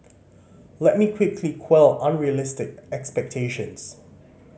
let me quickly quell unrealistic expectations